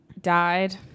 died